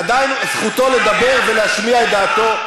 עדיין זכותו לדבר ולהשמיע את דעתו,